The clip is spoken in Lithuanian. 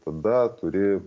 tada turi